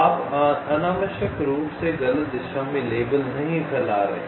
आप अनावश्यक रूप से गलत दिशा में लेबल नहीं फैला रहे हैं